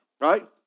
right